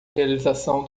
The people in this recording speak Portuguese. realização